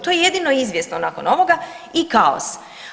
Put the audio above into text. To je jedino izvjesno nakon ovoga i kaos.